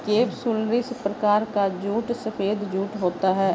capsularis प्रकार का जूट सफेद जूट होता है